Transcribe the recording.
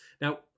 now